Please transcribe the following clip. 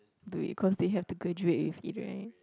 do it cause they have to graduate with it right